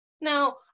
Now